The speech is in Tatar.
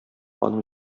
аның